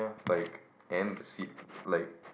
like and the seat like